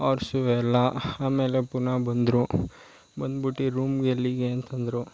ಆರ್ಸು ಎಲ್ಲ ಆಮೇಲೆ ಪುನಃ ಬಂದರು ಬಂದ್ಬಿಟ್ಟು ರೂಮ್ಗೆ ಎಲ್ಲಿಗೆ ಅಂತಂದ್ರು